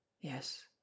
Yes